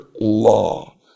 law